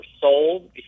sold